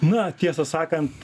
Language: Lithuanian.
na tiesą sakant tą